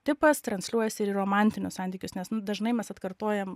tipas transliuojasi ir į romantinius santykius nes nu dažnai mes atkartojam